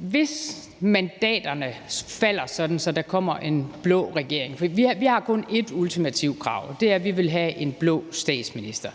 hvis mandaterne falder sådan, at der kommer en blå regering – for vi har kun et ultimativt krav, og det er, at vi vil have en blå statsminister;